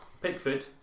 Pickford